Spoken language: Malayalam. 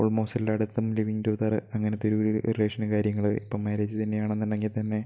ഓൾമോസ്റ്റ് എല്ലാ ഇടത്തും ലിവിങ്ങ് ടുഗതറ് അങ്ങനത്തെ ഒര് റിലേഷനും കാര്യങ്ങള് ഇപ്പോൾ മാരേജ് തന്നെയാണെന്നിണ്ടെങ്കിൽ തന്നെ